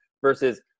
versus –